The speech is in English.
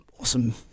awesome